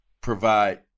provide